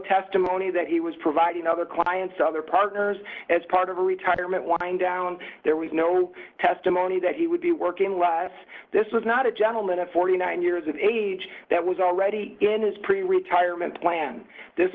testimony that he was providing other clients other partners as part of retirement wind down there was no testimony that he would be working less this was not a gentleman at forty nine years of age that was already in his pretty retirement plan this